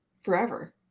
Forever